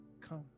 Come